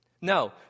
No